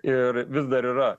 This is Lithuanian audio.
ir vis dar yra